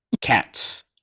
cats